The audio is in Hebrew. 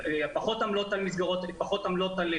פחות עמלות על הספיקה,